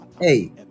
hey